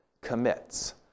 commits